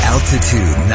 Altitude